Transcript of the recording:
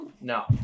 No